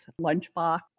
Lunchbox